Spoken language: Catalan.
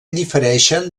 difereixen